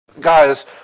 guys